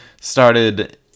started